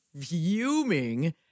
fuming